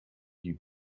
die